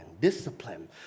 Discipline